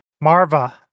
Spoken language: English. Marva